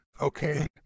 Okay